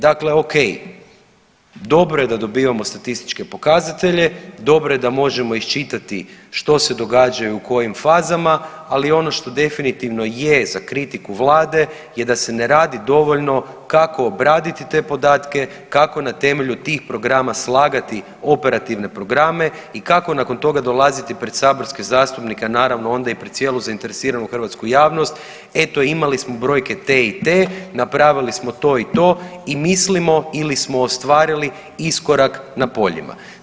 Dakle, ok, dobro je da dobivamo statističke pokazatelje, dobro je da možemo iščitati što se događa i u kojim fazama, ali ono što definitivno je za kritiku Vlade je da se ne radi dovoljno kako obraditi te podatke, kako na temelju tih programa slagati operativne programe i kako nakon toga dolaziti pred saborske zastupnike, a naravno onda i pred cijelu zainteresiranu hrvatsku javnosti, eto imali smo brojke te i te, napravili smo to i to i mislimo ili smo ostvarili iskorak na poljima.